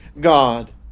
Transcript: God